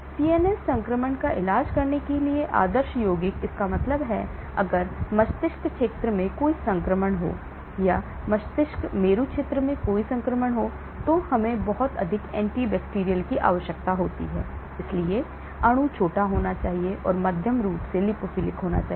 CNS संक्रमण का इलाज करने के लिए आदर्श यौगिक इसका मतलब है कि अगर मस्तिष्क क्षेत्र में कोई संक्रमण हो या मस्तिष्कमेरु क्षेत्र में संक्रमण हो तो हमें बहुत अधिक एंटी बैक्टीरियल की आवश्यकता होती है इसलिए अणु छोटा होना चाहिए और मध्यम रूप से लिपोफिलिक होना चाहिए